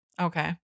Okay